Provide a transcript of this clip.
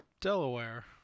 Delaware